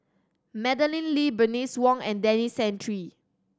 Madeleine Lee Bernice Wong and Denis Santry